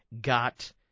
got